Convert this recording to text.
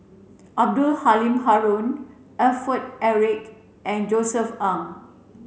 Abdul Halim Haron Alfred Eric and Josef Ang